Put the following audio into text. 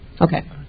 Okay